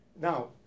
Now